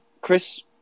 Chris